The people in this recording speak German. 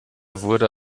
wurde